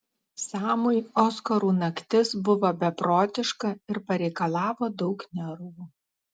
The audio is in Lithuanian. samui oskarų naktis buvo beprotiška ir pareikalavo daug nervų